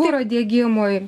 kuro diegimui